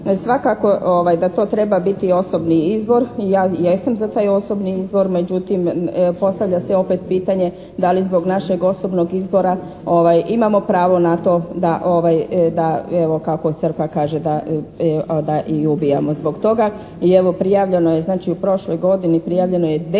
Svakako da to treba biti osobni izbor i ja jesam za taj osobni izbor, međutim postavlja se opet pitanje da li zbog našeg osobnog izbora imamo pravo na to da evo kako crkva kaže da i ubijamo zbog toga i evo prijavljeno je znači u prošloj godini prijavljeno je 10